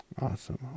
Awesome